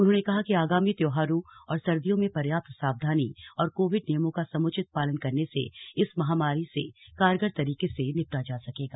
उन्होंने कहा कि आगामी त्योहारों और सर्दियों में पर्याप्त सावधानी और कोविड नियमों का सम्चित पालन करने से इस महामारी से कारगर तरीके से निपटा जा सकेगा